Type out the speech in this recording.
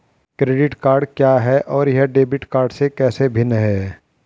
Credit card क्या है और यह डेबिट कार्ड से कैसे भिन्न है?